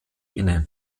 inne